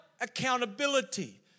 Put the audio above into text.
accountability